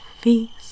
feast